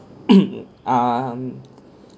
um